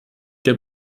der